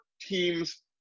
teams